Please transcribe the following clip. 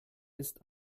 ist